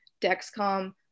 Dexcom